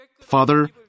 Father